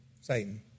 Satan